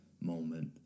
moment